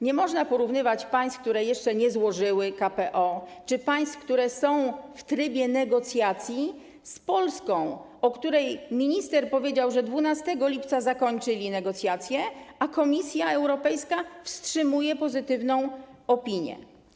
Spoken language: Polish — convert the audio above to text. Nie można porównywać państw, które jeszcze nie złożyły KPO, czy państw, które są w trybie negocjacji, z Polską, o której minister powiedział, że 12 lipca rządzący zakończyli negocjacje, a tu Komisja Europejska wstrzymuje pozytywną opinię.